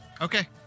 Okay